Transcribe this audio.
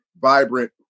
vibrant